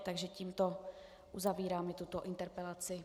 Takže tímto uzavíráme tuto interpelaci.